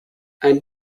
ein